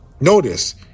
Notice